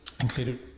included